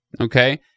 Okay